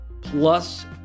plus